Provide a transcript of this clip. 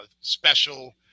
special